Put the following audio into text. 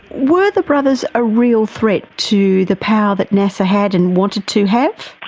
were the brothers a real threat to the power that nasser had and wanted to have?